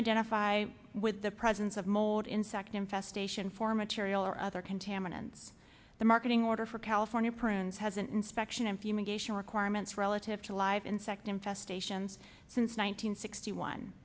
identify with the presence of mold insect infestation for material or other contaminants the marketing order for california prunes has an inspection and fumigation requirements relative to live insect infestation since